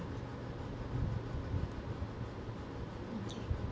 okay